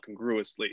congruously